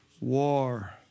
War